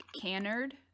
canard